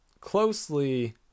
closely